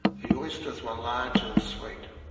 the oysters were large and sweet,